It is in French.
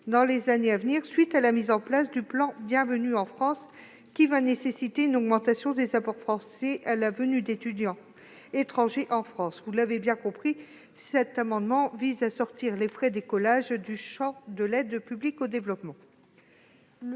dans les années à venir à la suite de la mise en place du plan « Bienvenue en France », qui nécessitera une augmentation des apports français dédiés à la venue d'étudiants étrangers dans notre pays. Vous l'avez compris, cet amendement vise à sortir les frais d'écolage du champ de l'aide publique au développement.